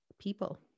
people